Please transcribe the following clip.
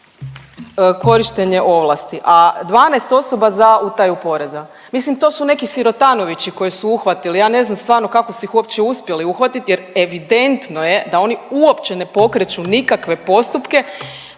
korištenje ovlasti, a 12 osoba za utaju poreza. Mislim to su neki sirotanovići koje su uhvatili. Ja ne znam stvarno kako su ih uopće uspjeli uhvatit jer evidentno je da oni uopće ne pokreću nikakve postupke.